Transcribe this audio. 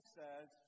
says